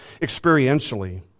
experientially